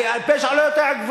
הרי הפשע לא יודע גבולות.